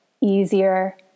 easier